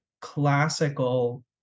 classical